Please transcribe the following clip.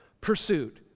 pursuit